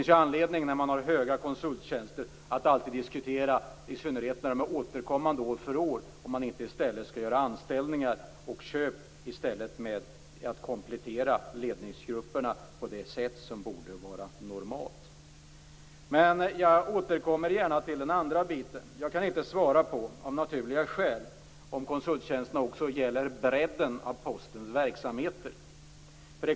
När man har höga kostnader för konsulttjänster, och i synnerhet när de återkommer år efter år, finns det alltid anledning att diskutera om man inte i stället skall göra anställningar och komplettera ledningsgrupperna på det sätt som borde vara normalt. Jag återkommer gärna till den andra biten. Av naturliga skäl kan jag inte svara på om konsulttjänsterna också gäller bredden på Postens verksamheter.